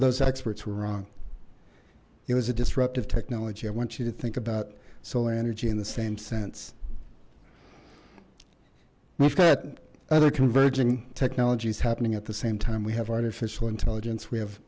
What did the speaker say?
experts were wrong it was a disruptive technology i want you to think about solar energy in the same sense we've got other converging technologies happening at the same time we have artificial intelligence we have